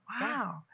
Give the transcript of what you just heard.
Wow